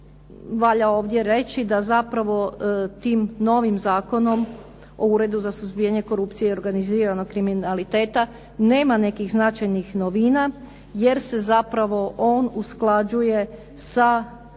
valja ovdje reći, da zapravo tim novim Zakonom o Uredu za suzbijanje korupcije i organiziranog kriminaliteta, nema nekih značajnih novina jer se zapravo on usklađuje sa